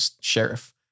sheriff